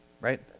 right